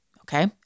Okay